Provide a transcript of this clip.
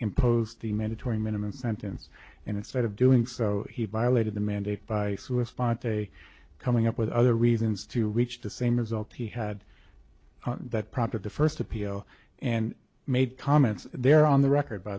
impose the mandatory minimum sentence and instead of doing so he violated the mandate by a coming up with other reasons to reach the same result he had that prompted the first appeal and made comments there on the record by